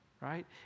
right